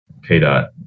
KDOT